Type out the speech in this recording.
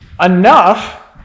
enough